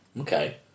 Okay